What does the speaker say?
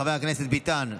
חבר הכנסת ביטן,